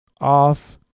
off